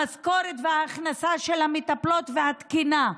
המשכורת וההכנה של המטפלות, התקינה.